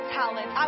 talent